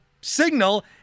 signal